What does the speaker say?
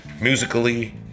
Musically